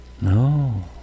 No